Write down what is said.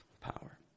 power